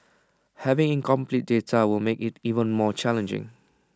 having incomplete data will make IT even more challenging